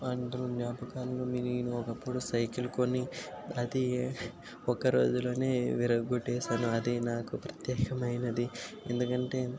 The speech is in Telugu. వంటి జ్ఞాపకాలు మిగిలినవి నేను ఒకప్పుడు సైకిల్కొని అది ఒక రోజులో విరగకొట్టేసాను అది నాకు ప్రత్యక్షమైనది ఎందుకంటే